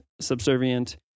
subservient